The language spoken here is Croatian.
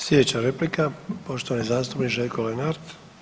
Sljedeća replika poštovani zastupnik Željko Lenart.